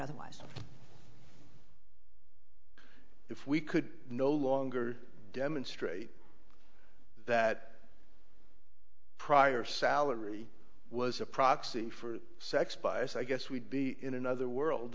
otherwise if we could no longer demonstrate that prior salary was a proxy for sex bias i guess we'd be in another world